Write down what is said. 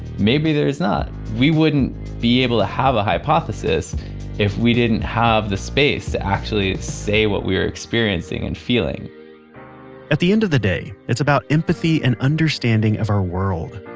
maybe there's not. we wouldn't be able to have a hypothesis if we didn't have the space to actually say what we were experiencing and feeling at the end of the day, it's about empathy and understanding of our world.